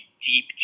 deep